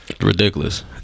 Ridiculous